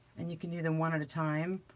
and you can do them one at a time